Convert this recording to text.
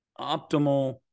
optimal